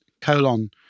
colon